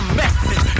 message